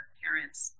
parents